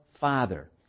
Father